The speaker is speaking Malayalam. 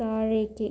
താഴേക്ക്